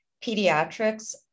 pediatrics